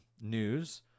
news